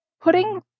putting